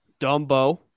Dumbo